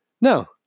No